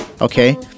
okay